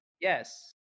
Yes